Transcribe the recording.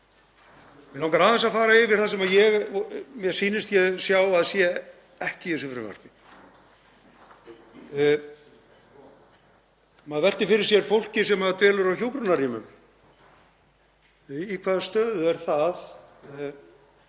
Mig langar aðeins að fara yfir það sem mér sýnist að sé ekki í þessu frumvarpi. Maður veltir fyrir sér fólki sem dvelur á hjúkrunarrýmum. Í hvaða stöðu er það?